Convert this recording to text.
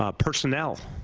um personnel.